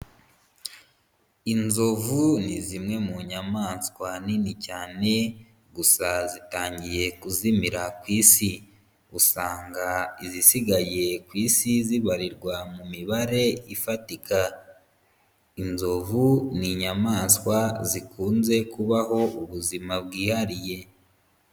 Inzovu ni zimwe mu nyamaswa nini cyane, gusa zitangiye kuzimira ku isi, usanga izisigaye ku isi zibarirwa mu mibare ifatika, inzovu ni inyamaswa zikunze kubaho ubuzima bwihariye.